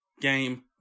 game